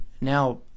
now